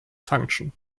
function